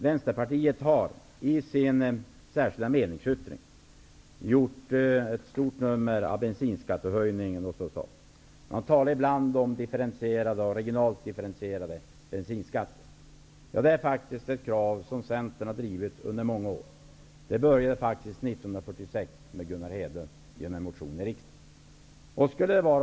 Vänsterpartiet har i sin särskilda meningsyttring gjort ett stort nummer av bensinskattehöjningen. Man talar ibland om regionalt differentierad bensinskatt. Ja, det är faktiskt ett krav som Centern har drivit under många år. Det började 1946 med en motion i riksdagen av Gunnar Hedlund.